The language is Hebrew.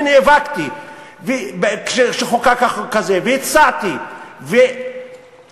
אני נאבקתי כשחוקק החוק הזה והצעתי והתחננתי